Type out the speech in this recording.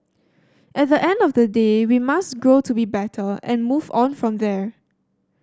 at the end of the day we must grow to be better and move on from there